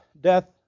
death